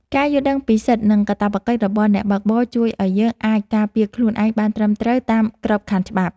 ការយល់ដឹងពីសិទ្ធិ និងកាតព្វកិច្ចរបស់អ្នកបើកបរជួយឱ្យយើងអាចការពារខ្លួនឯងបានត្រឹមត្រូវតាមក្របខ័ណ្ឌច្បាប់។